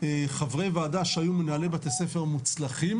חברי וועדה שהיו מנהלי בתי ספר מוצלחים,